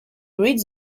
reads